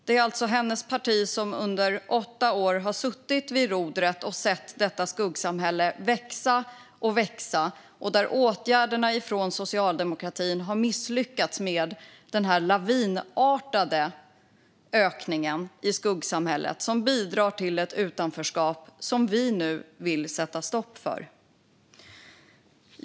Det är alltså hennes parti som under åtta år har suttit vid rodret och sett detta skuggsamhälle växa och växa. Åtgärderna från socialdemokratin har misslyckats med att stoppa den lavinartade ökningen av skuggsamhället, som bidrar till ett utanförskap som vi nu vill sätta stopp för.